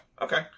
Okay